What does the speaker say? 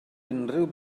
unrhyw